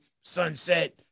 sunset